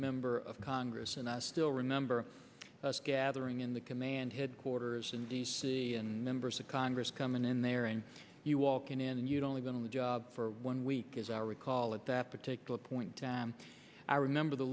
member of congress and i still remember gathering in the command headquarters in d c and members of congress coming in there and you walk in and you'd only been on the job for one week as i recall at that particular point i remember the